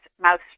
mouse